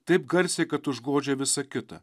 taip garsiai kad užgožia visa kita